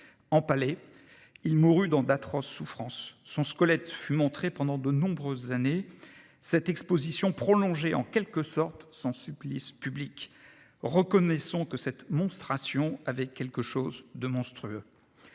Empalé, il mourut dans d'atroces souffrances. Son squelette fut montré pendant de nombreuses années. Cette exposition prolongeait en quelque sorte son supplice public. Reconnaissons que cette monstration avait quelque chose de monstrueux.